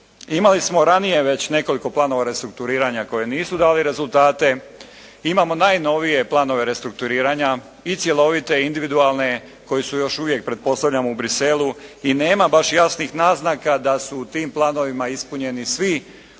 Imali smo ranije već nekoliko planova restrukturiranja koji nisu dali rezultate. Imamo najnovije planove restrukturiranja i cjelovite i individualne koji su još uvijek pretpostavljam u Bruxellesu i nema baš jasnih naznaka da su u tim planovima ispunjeni svi